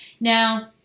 Now